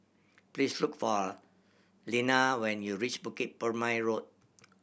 please look for Leana when you reach Bukit Purmei Road